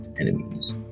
enemies